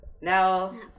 now